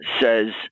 says